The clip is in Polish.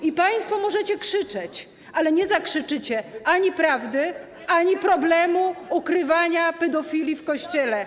I państwo możecie krzyczeć, ale nie zakrzyczycie ani prawdy, ani problemu ukrywania pedofilii w Kościele.